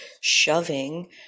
shoving